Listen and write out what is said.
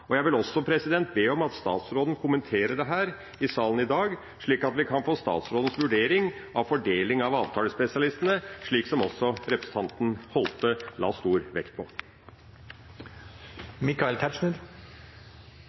Jeg vil også be om at statsråden kommenterer dette i salen i dag, slik at vi kan få statsrådens vurdering av fordeling av avtalespesialistene, som også representanten Holthe la stor vekt